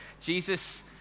Jesus